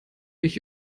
ich